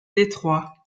détroit